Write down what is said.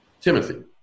Timothy